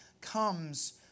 comes